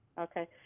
Okay